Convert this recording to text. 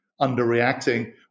underreacting